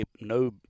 no